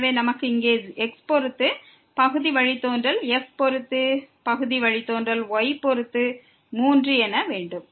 எனவே நமக்கு இங்கே x பொறுத்து பகுதி வழித்தோன்றல் y பொறுத்து fன் பகுதி வழித்தோன்றல் 3 என வேண்டும்